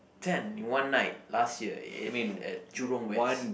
ten in one night last year I ate it at Jurong West